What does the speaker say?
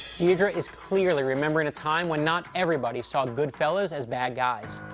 deirdre is clearly remembering a time when not everybody saw good fellas as bad guys.